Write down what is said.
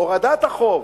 הורדת החוב,